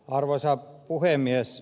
arvoisa puhemies